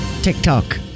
TikTok